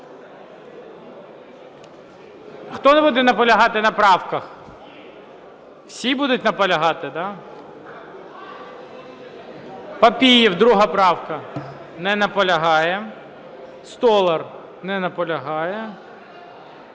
Хто буде наполягати на правках? Всі будуть наполягати, да? Папієв, 2 правка. Не наполягає. Столар. Не наполягає.